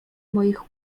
moich